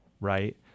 right